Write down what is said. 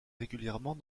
régulièrement